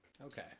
Okay